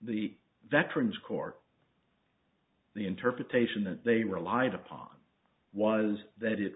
the veterans court the interpretation that they relied upon was that it